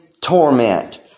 torment